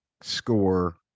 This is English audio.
score